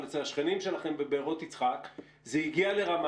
אבל אצל השכנים שלכם בבארות יצחק זה הגיע לרמה